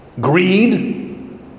greed